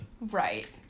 Right